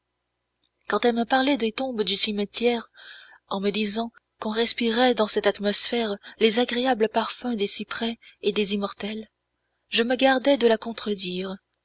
quand elle me parlait des tombes du cimetière en me disant qu'on respirait dans cette atmosphère les agréables parfums des cyprès et des immortelles je me gardai de la contredire